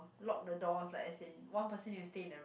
lock the doors like as in one person need to stay in the room